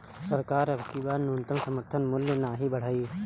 सरकार अबकी बार न्यूनतम समर्थन मूल्य नाही बढ़ाई